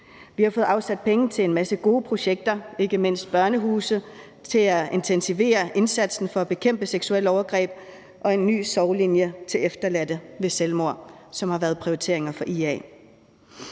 Vi har fået afsat penge til en masse gode projekter, ikke mindst til børnehuse, til at intensivere indsatsen for at bekæmpe seksuelle overgreb og til en ny sorglinje for efterladte ved selvmord, hvilket har været prioriteringer for IA.